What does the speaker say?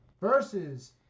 versus